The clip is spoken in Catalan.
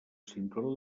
cinturó